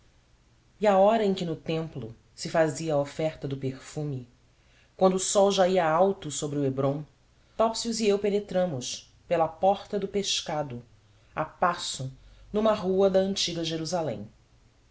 e à hora em que no templo se fazia a oferta do perfume quando o sol já ia alto sobre o hébron topsius e eu penetramos pela porta do pescado a passo numa rua da antiga jerusalém